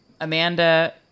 Amanda